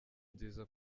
nziza